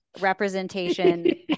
representation